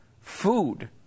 food